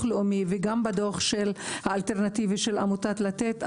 הלאומי וגם בדוח האלטרנטיבי של עמותת לתת,